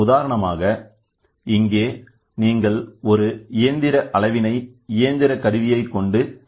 உதாரணமாக இங்கே நீங்கள் ஒரு இயந்திர அளவினை இயந்திர கருவியை கொண்டு செய்ய முடியும்